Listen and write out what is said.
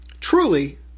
truly